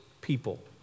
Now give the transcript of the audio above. people